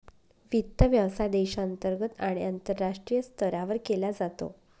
वित्त व्यवसाय देशांतर्गत आणि आंतरराष्ट्रीय स्तरावर केला जातो